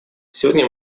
сегодня